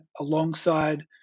alongside